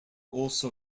also